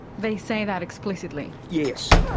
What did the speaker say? they say that explicitly? yes.